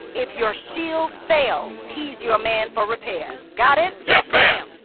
if your shield fails, he's your man for repairs. got it? yes, ma'am!